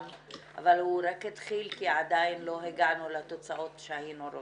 אבל הוא רק התחיל כי עדיין לא הגענו לתוצאות שהיינו רוצות.